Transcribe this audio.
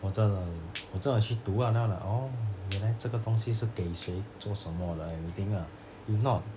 我真的我真的去读啦 then I was like oh 原来这个东西是给谁做什么的 everything ah if not